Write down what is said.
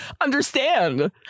understand